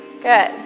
Good